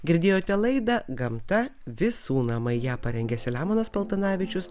girdėjote laidą gamta visų namai ją parengė selemonas paltanavičius